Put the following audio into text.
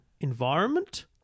environment